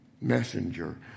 messenger